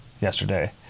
yesterday